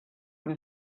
been